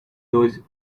those